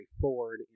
Ford